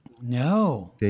No